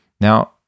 Now